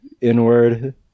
inward